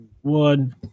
one